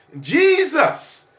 Jesus